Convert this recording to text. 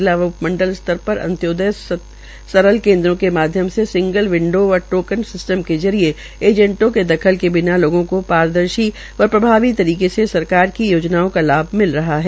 जिला व उपमंडल स्तर पर अन्त्योदय सरल केन्द्रों के माध्यम से सिंगल विंडो व टोकन सिस्टम के जरिये एजेंटो के दखल के बिना लोगों का पारदर्शी व प्रभावी तरीके से सरकार की योजनाओं का लाभ मिल रहा है